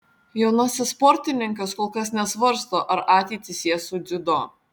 jaunasis sportininkas kol kas nesvarsto ar ateitį sies su dziudo